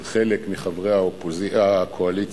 של חלק מחברי הקואליציה.